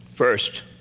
First